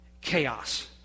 Chaos